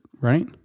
right